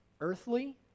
earthly